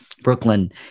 Brooklyn